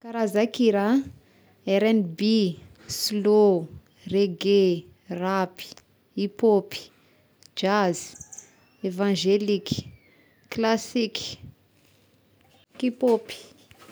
Karazan-kira ah: Rnb, slow, reggea, rapy, hip hop, jazz, evangeliky, klasiky, kipôpy.